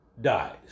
dies